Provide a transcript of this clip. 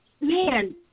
Man